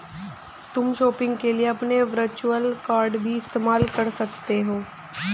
तुम शॉपिंग के लिए अपने वर्चुअल कॉर्ड भी इस्तेमाल कर सकते हो